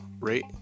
rate